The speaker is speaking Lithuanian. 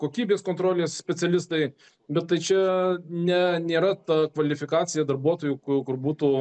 kokybės kontrolės specialistai bet tai čia ne nėra ta kvalifikacija darbuotojų ku kur būtų